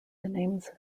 names